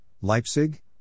Leipzig